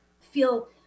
feel